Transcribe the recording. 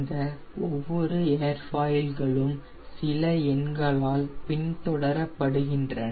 இந்த ஒவ்வொரு ஏர்ஃபாயில்களும் சில எண்களால் பின்தொடரப்படுகின்றன